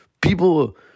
people